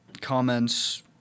comments